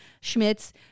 Schmitz